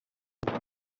que